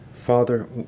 Father